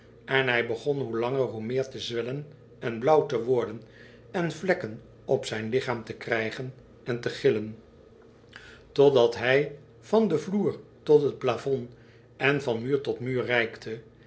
en hij begon hoe langer hoe meer te zwellen en blauw te worden en vlekken op zijn lichaam te krijgen en te gillen totdat hij van den vloer tot t plafond en van muur tot muur